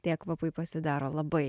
tie kvapai pasidaro labai